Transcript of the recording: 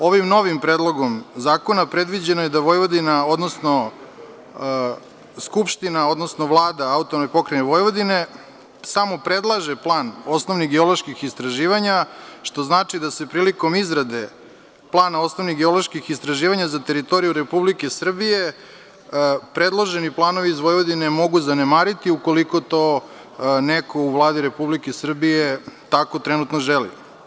Novim Predlogom zakona predviđeno je da Vojvodina odnosno Skupština, odnosno Vlada EP Vojvodine samo predlaže plan osnovnih geoloških istraživanja, što znači da se prilikom izrade plana osnovnih geoloških istraživanja za teritoriju Republike Srbije predloženi planovi iz Vojvodine mogu zanemariti ukoliko to neko u Vladi RS tako trenutno želi.